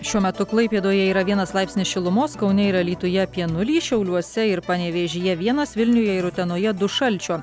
šiuo metu klaipėdoje yra vienas laipsnis šilumos kaune ir alytuje apie nulį šiauliuose ir panevėžyje vienas vilniuje ir utenoje du šalčio